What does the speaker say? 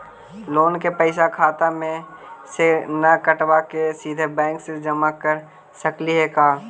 Loan के पैसा खाता मे से न कटवा के सिधे बैंक में जमा कर सकली हे का?